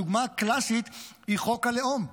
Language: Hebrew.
הדוגמה הקלסית היא חוק הלאום,